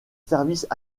services